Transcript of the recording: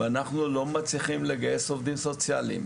אנחנו לא מצליחים לגייס עובדים סוציאליים.